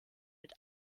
mit